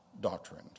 doctrine